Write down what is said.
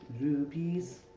Rupees